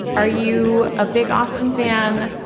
are you a big austen fan?